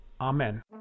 Amen